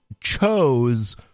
chose